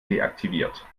deaktiviert